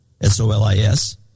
S-O-L-I-S